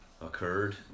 occurred